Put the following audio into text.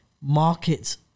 markets